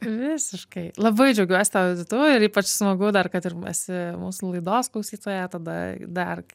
visiškai labai džiaugiuosi tavo vizitu ir ypač smagu dar kad ir esi mūsų laidos klausytoja tada dar